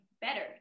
better